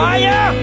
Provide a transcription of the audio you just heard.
Fire